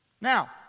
Now